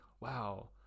wow